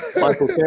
Michael